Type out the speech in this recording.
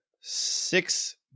six